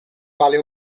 vale